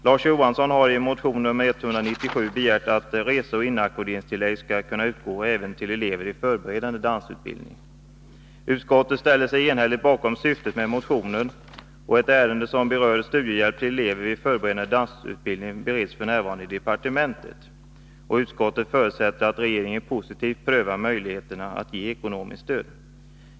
Larz Johansson har i motion 197 begärt att reseoch inackorderingstillägg skall kunna utgå även till elever i förberedande dansutbildning. Utskottet ställer sig enhälligt bakom syftet med motionen. Ett ärende som berör studiehjälp till elever vid förberedande dansutbildning bereds f.n. i departementet. Utskottet förutsätter att regeringen positivt prövar möjligheterna att ge ekonomiskt stöd.